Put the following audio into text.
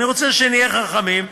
אני רוצה שנהיה חכמים,